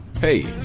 Hey